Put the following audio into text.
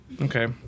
Okay